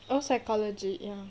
oh psychology ya